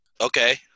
Okay